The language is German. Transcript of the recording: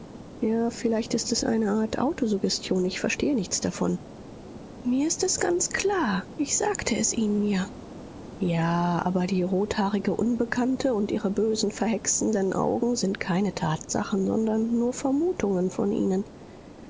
ja vielleicht ist das eine art autosuggestion ich verstehe nichts davon mir ist es ganz klar ich sagte es ihnen ja ja aber die rothaarige unbekannte und ihre bösen verhexenden augen sind keine tatsachen sondern nur vermutungen von ihnen